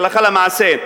הלכה למעשה,